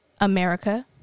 America